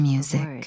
Music